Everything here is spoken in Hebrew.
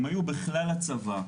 הם היו בכלל הצבא,